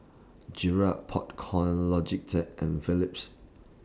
Garrett Popcorn Logitech and Phillips